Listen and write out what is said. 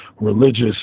religious